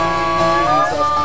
Jesus